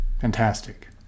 Fantastic